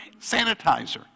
sanitizer